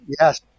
yes